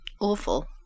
Awful